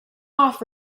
off